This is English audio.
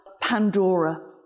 Pandora